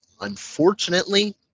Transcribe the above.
Unfortunately